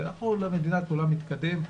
--- מתקדם,